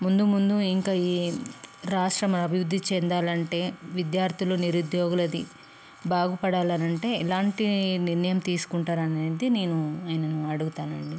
ముందు ముందు ఇంకా ఈ రాష్ట్ర అభివృద్ధి చెందాలంటే విద్యార్థులు నిరుద్యోగులది బాగుపడాలనంటే ఎలాంటి నిర్ణయం తీసుకుంటారనేది నేను ఆయనను అడుగుతానండి